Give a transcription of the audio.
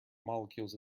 molecules